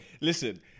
Listen